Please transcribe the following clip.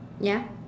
ya